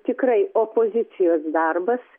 tikrai opozicijos darbas